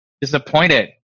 disappointed